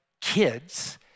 kids